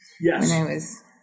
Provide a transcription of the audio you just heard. Yes